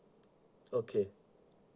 okay